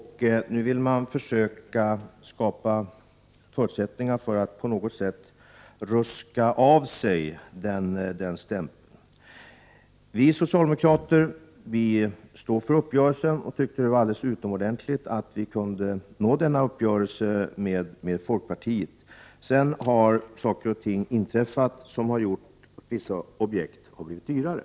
Nu vill man försöka skapa förutsättningar när det gäller att på något sätt ruska av sig den stämpeln. Vi socialdemokrater står för uppgörelsen och tycker att det är alldeles utmärkt att vi kunde nå denna uppgörelse med Prot. 1988/89:121 folkpartiet. Men sedan har saker och ting inträffat som har gjort att vissa 25 maj 1989 objekt har blivit dyrare.